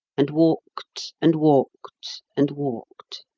and walked, and walked, and walked.